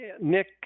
Nick